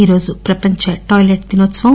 ఈరోజు ప్రపంచ టాయిలెట్ దినోత్సవం